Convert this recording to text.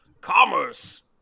commerce